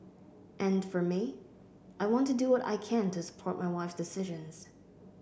and for me I want to do what I can to support my wife's decisions